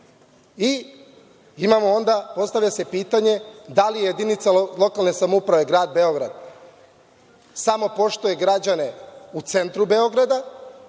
ulica. Postavlja se pitanje da li jedinica lokalne samouprave grad Beograd samo poštuje građane u centru Beogradu